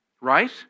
right